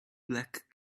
black